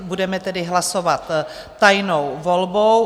Budeme tedy hlasovat tajnou volbou.